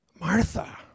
Martha